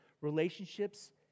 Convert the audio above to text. relationships